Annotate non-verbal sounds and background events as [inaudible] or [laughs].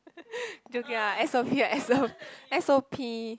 [laughs] joking ah s_o_p s_o~ s_o_p